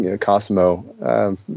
Cosmo